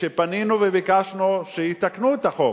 כשפנינו וביקשנו שיתקנו את החוק,